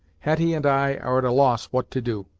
hetty and i are at a loss what to do.